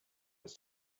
was